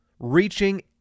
reaching